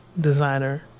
designer